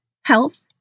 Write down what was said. health